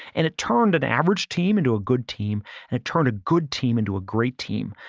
and it turned an average team into a good team and it turned a good team into a great team.